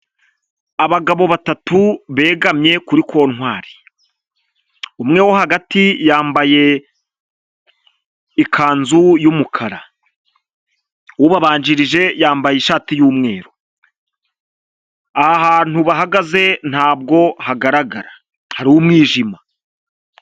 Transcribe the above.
Abagabo batatu begamye kuri kontwari, umwe wo hagati yambaye ikanzu y'umukara, ubabanjirije yambaye ishati y'umweru, aha hantu bahagaze ntabwo hagaragara, hari umwijima.